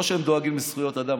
לא שהם דואגים לזכויות אדם,